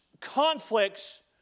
conflicts